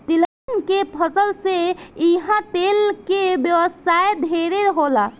तिलहन के फसल से इहा तेल के व्यवसाय ढेरे होला